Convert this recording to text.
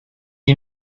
you